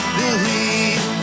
believe